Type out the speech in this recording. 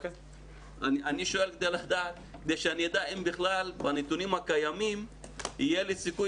אני שואל כדי שאני אדע אם בכלל בנתונים הקיימים יהיה לי סיכוי